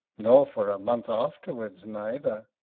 nor for a month afterwards neither.